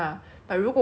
我才敢吃